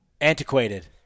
Antiquated